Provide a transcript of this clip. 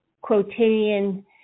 quotidian